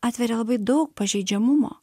atveria labai daug pažeidžiamumo